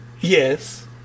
Yes